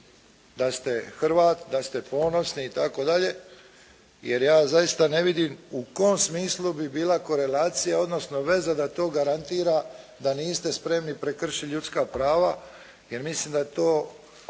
da ste Hrvat, da ste ponosni itd., jer zaista ne vidim u kom smislu bi bila korelacija, odnosno veza da to garantira da niste spremni prekršiti ljudska prava, jer mislim da to